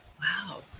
Wow